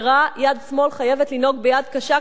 יד שמאל חייבת לנהוג ביד קשה כלפי כל